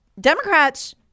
Democrats